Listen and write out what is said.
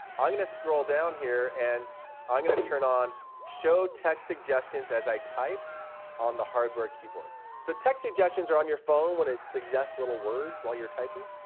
i'm going to scroll down here, and i'm going to turn on show text suggestions as i type on the hardware keyboard. so text suggestions are on your phone, when it suggests little words while you're typing.